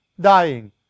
dying